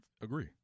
Agree